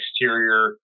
exterior